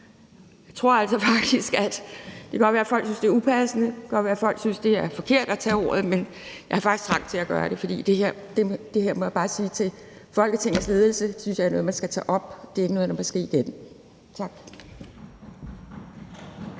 nødt til at sige. Det kan godt være, at folk synes, det er upassende, og det kan godt være, folk synes, det er forkert at tage ordet, men jeg har faktisk ret til at gøre det, for jeg må bare sige til Folketingets ledelse, at jeg synes, det er noget, man skal tage op. Det er ikke noget, der må ske igen. Tak.